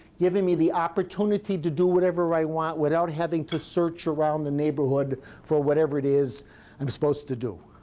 giving me the opportunity to do whatever i want without having to search around the neighborhood for whatever it is i'm supposed to do.